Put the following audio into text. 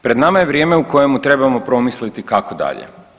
Pred nama je vrijeme u kojemu trebamo promisliti kako dalje.